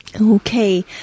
Okay